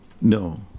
no